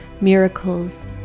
miracles